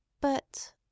But—